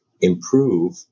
improve